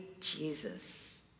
Jesus